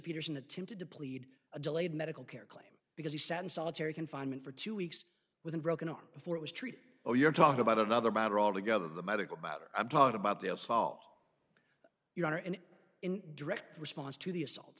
peterson attempted to plead a delayed medical care claim because you sat in solitary confinement for two weeks with a broken arm before it was treated or you're talking about another matter altogether the medical bauder i'm talking about they'll solve your honor and in direct response to the assault